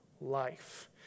life